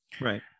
Right